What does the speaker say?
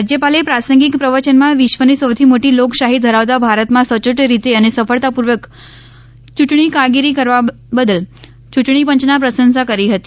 રાજ્યપાલે પ્રાસંગિક પ્રવચનમાં વિશ્વની સૌથી મોટી લોકશાહી ઘરાવતા ભારતમાં સચોટ રીતે અને સફળતાપૂર્વક યૂંટણી કામગીરી કરવા બદલ યૂંટણીપંચની પ્રશંસા કરી હતી